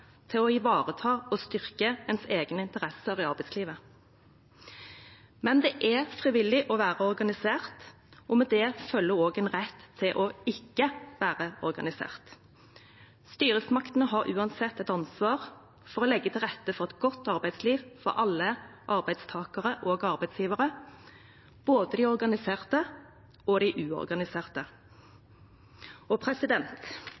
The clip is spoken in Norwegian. til å ivareta og styrke egne interesser i arbeidslivet. Men det er frivillig å være organisert, og med det følger også en rett til ikke å være organisert. Styresmaktene har uansett et ansvar for å legge til rette for et godt arbeidsliv for alle arbeidstakere og arbeidsgivere, både de organiserte og de uorganiserte.